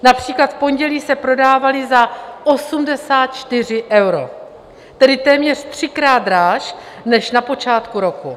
Například v pondělí se prodávaly za 84 euro, tedy téměř třikrát dráž než na počátku roku.